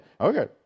Okay